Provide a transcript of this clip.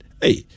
Hey